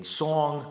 song